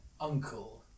uncle